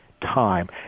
time